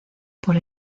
por